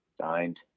Signed